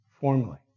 formally